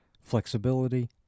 flexibility